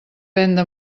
venda